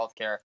healthcare